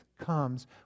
comes